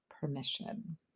permission